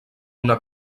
una